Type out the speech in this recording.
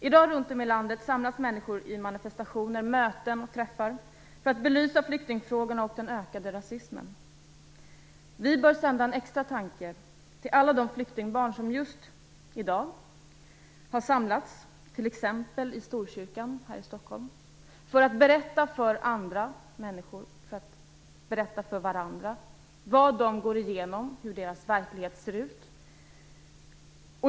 I dag samlas människor runt om i landet till manifestationer, möten och träffar för att belysa flyktingfrågan och den ökande rasismen. Vi bör sända en extra tanke till alla de flyktingbarn som just i dag har samlats t.ex. i Storkyrkan här i Stockholm för att berätta för andra människor och för varandra vad de går igenom och hur deras verklighet ser ut.